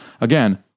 Again